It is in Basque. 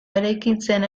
eraikitzen